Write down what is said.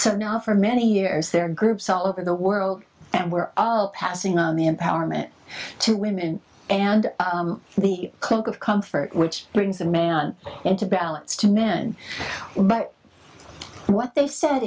so now for many years there are groups all over the world and we're all passing on the empowerment to women and the cloak of comfort which brings a man into balance too man what they said